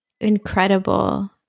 Incredible